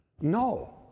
No